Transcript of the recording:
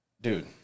Dude